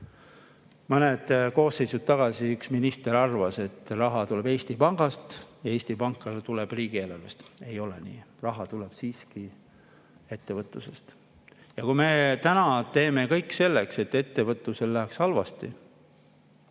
Mõned koosseisud tagasi üks minister arvas, et raha tuleb Eesti Pangast ja Eesti Panka see tuleb riigieelarvest. Ei ole nii! Raha tuleb siiski ettevõtlusest. Kui me täna teeme kõik selleks, et ettevõtlusel läheks halvasti,